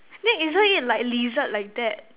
then isn't it like lizard like that